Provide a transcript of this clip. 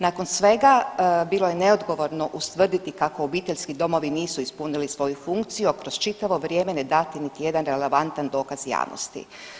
Nakon svega bilo je neodgovorno ustvrditi kako obiteljski domovi nisu ispunili svoju funkciju, a kroz čitavo vrijeme ne dati niti jedan relevantan dokaz javnosti.